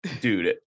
dude